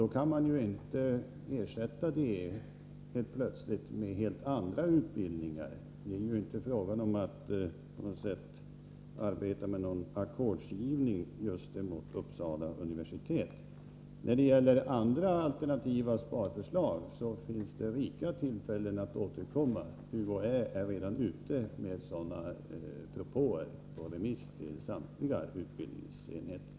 Då kan man inte plötsligt ersätta med helt andra utbildningar. Det är ju inte på något sätt fråga om en ackordsgivning speciellt för Uppsala universitet. När det gäller andra alternativa sparförslag finns det rika tillfällen att återkomma. UHÄ är redan ute med sådana propåer, som har gått på remiss till samtliga utbildningsenheter.